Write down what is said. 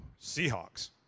Seahawks